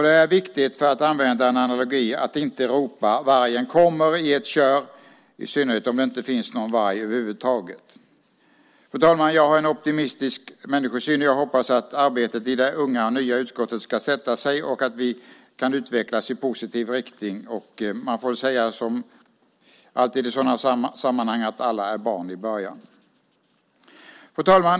Det är viktigt, för att använda en analogi, att inte ropa "Vargen kommer!" i ett kör, i synnerhet om det inte finns någon varg över huvud taget. Fru talman! Jag har en optimistisk människosyn. Jag hoppas att arbetet i det unga, nya utskottet ska sätta sig och att vi kan utvecklas i positiv riktning. Man får väl säga som alltid i sådana sammanhang: Alla är vi barn i början. Fru talman!